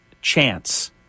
chance